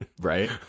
Right